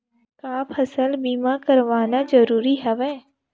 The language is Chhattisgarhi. का फसल बीमा करवाना ज़रूरी हवय?